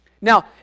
Now